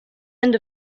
end